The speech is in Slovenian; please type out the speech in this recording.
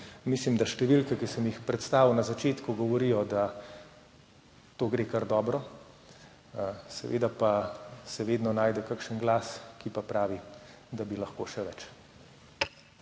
Mislim, da številke, ki sem jih predstavil na začetku, govorijo, da to gre kar dobro. Seveda pa se vedno najde kakšen glas, ki pa pravi, da bi lahko še več.